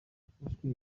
yafashwe